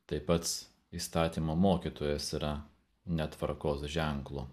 tai pats įstatymo mokytojas yra netvarkos ženklu